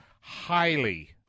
highly